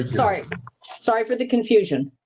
um sorry sorry for the confusion.